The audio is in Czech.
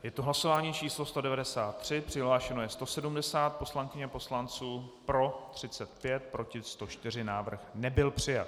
Je to hlasování číslo 193, přihlášeno je 170 poslankyň a poslanců, pro 35, proti 104, návrh nebyl přijat.